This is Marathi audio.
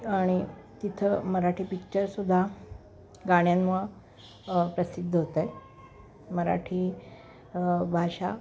आणि तिथे मराठी पिच्चरसुद्धा गाण्यामुळे प्रसिद्ध होत आहेत मराठी भाषा